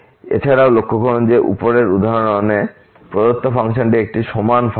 এছাড়াও লক্ষ্য করুন যে উপরের উদাহরণে প্রদত্ত ফাংশনটি একটি সমান ফাংশন